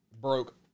broke